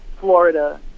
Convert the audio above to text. florida